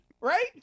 right